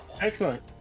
Excellent